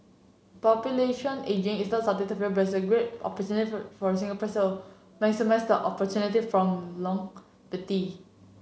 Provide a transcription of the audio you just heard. population ageing is not something to fear but a great for Singaporeans maximised the opportunity from longevity